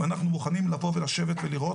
ואנחנו מוכנים לשבת ולראות,